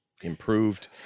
improved